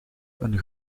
een